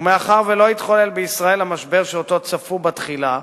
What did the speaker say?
ומאחר שלא התחולל בישראל המשבר שאותו צפו בתחילה,